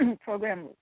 program